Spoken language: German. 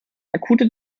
akute